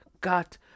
got